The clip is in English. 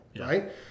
right